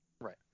Right